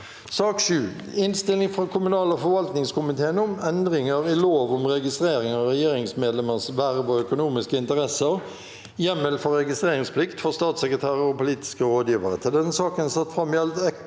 2023 Innstilling fra kommunal- og forvaltningskomiteen om Endringer i lov om registrering av regjeringsmedlemmers verv og økonomiske interesser (hjemmel for registreringsplikt for statssekretærer og politiske rådgivere)